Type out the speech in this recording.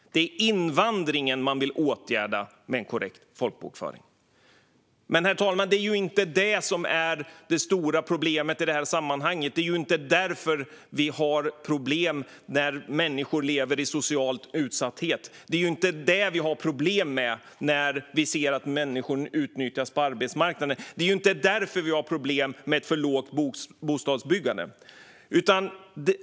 Det är invandringen man vill åtgärda med en korrekt folkbokföring. Men det är ju inte den som är det stora problemet i det här sammanhanget, herr talman. Det är ju inte därför vi har problem med att människor lever i social utsatthet eller att människor utnyttjas på arbetsmarknaden eller att vi har ett för lågt bostadsbyggande.